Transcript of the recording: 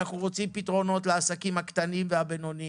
אנחנו רוצים פתרונות לעסקים הקטנים והבינוניים,